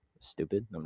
Stupid